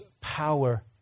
power